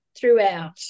throughout